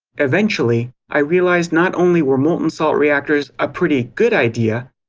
eventually, i realized not only were molten salt reactors a pretty good idea,